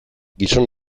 gizon